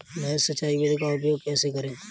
नहर सिंचाई विधि का उपयोग कैसे करें?